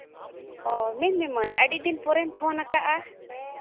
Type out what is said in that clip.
ᱢᱮᱱ ᱢᱮ ᱢᱟᱹᱭ ᱟᱹᱰᱤ ᱫᱤᱱ ᱯᱚᱨᱮᱢ ᱯᱷᱳᱱ ᱠᱟᱜᱼᱟ